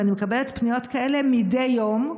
ואני מקבלת פניות כאלה מדי יום,